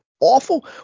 awful